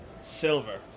Silver